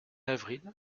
avril